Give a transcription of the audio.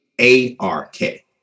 A-R-K